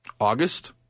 August